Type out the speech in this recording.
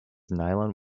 nylon